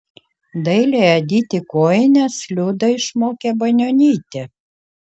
dailiai adyti kojines liudą išmokė banionytė